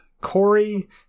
Corey